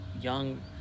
young